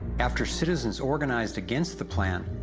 after citizens organized against the plan,